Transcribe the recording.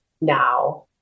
now